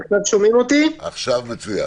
מכובדי.